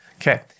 Okay